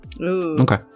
Okay